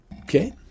Okay